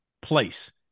place